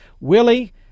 Willie